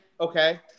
okay